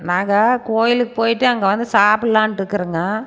நாங்கள் கோயிலுக்கு போய்ட்டு அங்கே வந்து சாப்பிட்லான்ட்டு இருக்கிறோங்க